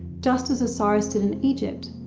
just as osiris did in egypt.